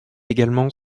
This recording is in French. également